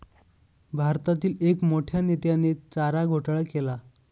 भारतातील एक मोठ्या नेत्याने चारा घोटाळा केला